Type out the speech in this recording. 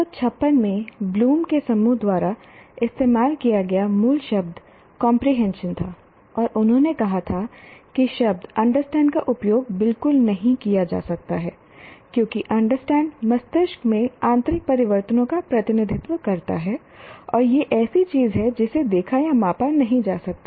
1956 में ब्लूम के समूह द्वारा इस्तेमाल किया गया मूल शब्द कंप्रीहेंशन था और उन्होंने कहा कि शब्द अंडरस्टैंड का उपयोग बिल्कुल नहीं किया जा सकता है क्योंकि अंडरस्टैंड मस्तिष्क में आंतरिक परिवर्तनों का प्रतिनिधित्व करता है और यह ऐसी चीज है जिसे देखा या मापा नहीं जा सकता है